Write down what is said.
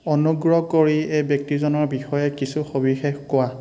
অনুগ্ৰহ কৰি এই ব্যক্তিজনৰ বিষয়ে কিছু সবিশেষ কোৱা